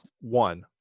one